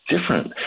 different